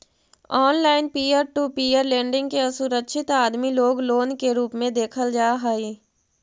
online peer to peer lending के असुरक्षित आदमी लोग लोन के रूप में देखल जा हई